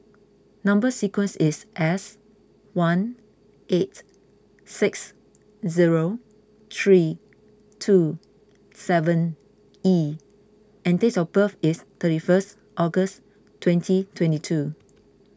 Number Sequence is S one eight six zero three two seven E and date of birth is thirty first August twenty twenty two